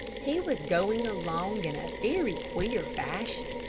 he was going along in a very queer fashion,